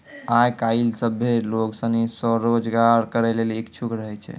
आय काइल सभ्भे लोग सनी स्वरोजगार करै लेली इच्छुक रहै छै